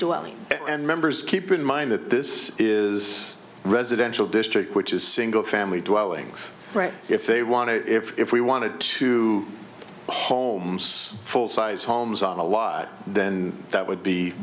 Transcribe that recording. doing and members keep in mind that this is residential district which is single family dwellings right if they want to if we wanted to homes full size homes on a lot then that would be